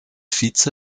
vize